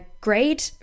grade